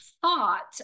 thought